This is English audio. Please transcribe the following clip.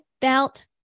felt